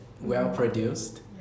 Well-produced